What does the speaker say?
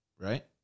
right